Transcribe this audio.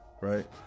right